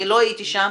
אני לא הייתי שם,